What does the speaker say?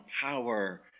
power